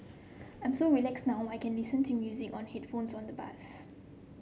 I'm so relaxed now I can listen to music on headphones on the bus